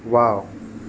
wow